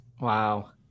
Wow